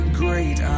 great